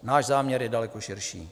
Náš záměr je daleko širší.